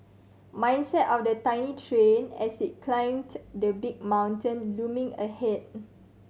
mindset of the tiny train as it climbed the big mountain looming ahead